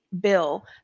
bill